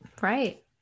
Right